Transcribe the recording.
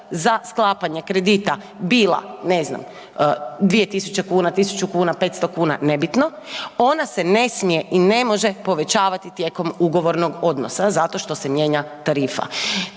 za sklapanje kredita bila ne znam, 2000, 1000 kn, 500 kn, nebitno, ona se ne smije i ne može povećati tijekom ugovornog odnosa zato što se mijenja tarifa.